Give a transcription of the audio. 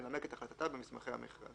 תנמק את החלטתה במסמכי המכרז".